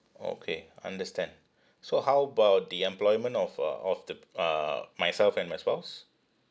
okay understand so how about the employment of uh of the p~ uh myself and my spouse